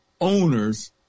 owners